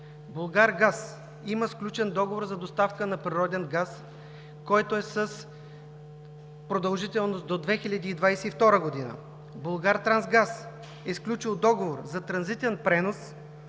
„Булгаргаз“ има сключен договор за доставка на природен газ, който е с продължителност до 2022 г. „Булгартрансгаз“ е сключил договор за транзитен пренос